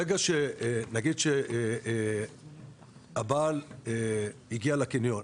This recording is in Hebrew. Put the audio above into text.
ברגע, נגיד שהבעל הגיע לקניון.